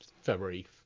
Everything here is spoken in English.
February